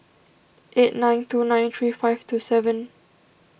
eight nine two nine three five two seven